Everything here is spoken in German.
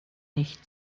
nicht